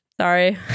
Sorry